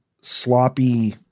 sloppy